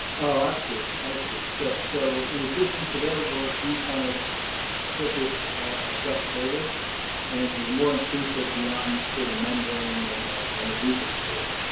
ah i see, i see. so so in addition to their work, you kind of took it a step further and were more inclusive beyond say, the membrane and the and the roofing material?